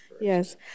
Yes